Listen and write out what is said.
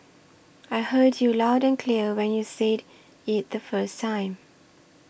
I heard you loud and clear when you said it the first time